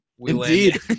Indeed